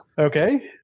okay